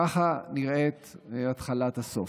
ככה נראית התחלת הסוף.